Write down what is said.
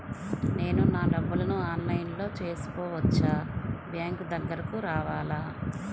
నేను నా డబ్బులను ఆన్లైన్లో చేసుకోవచ్చా? బ్యాంక్ దగ్గరకు రావాలా?